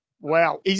wow